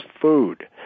food